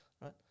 right